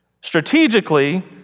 Strategically